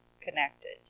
connected